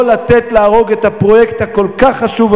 לא לתת להרוג את הפרויקט החשוב כל כך הזה